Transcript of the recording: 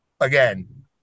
again